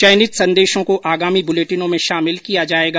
चयनित संदेशों को आगामी बुलेटिनों में शामिल किया जाएगा